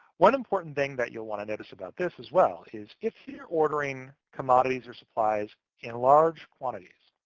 one important thing that you want to notice about this, as well, is if you're ordering commodities or supplies in large quantities,